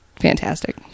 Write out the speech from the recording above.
fantastic